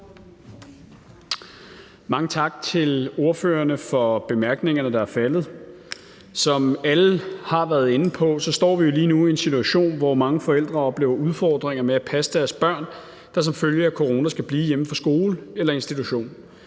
Mange tak til ordførerne for bemærkningerne, der er faldet. Som alle har været inde på, står vi jo lige nu i en situation, hvor mange forældre oplever udfordringer med at få passet deres børn, der som følge af corona skal blive hjemme fra skole eller institution.